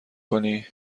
کنی